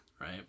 Right